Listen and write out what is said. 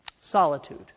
solitude